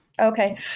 Okay